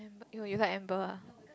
oh you like Amber ah